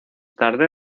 tarde